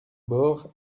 bord